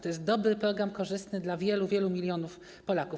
To jest dobry program, korzystny dla wielu, wielu milionów Polaków.